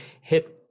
hit